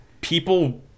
people